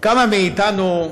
כמה מאיתנו,